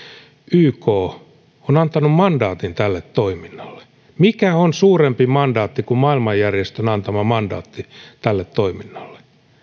yk on antanut mandaatin tälle toiminnalle mikä on suurempi mandaatti kuin maailmanjärjestön antama mandaatti tälle toiminnalle